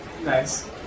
Nice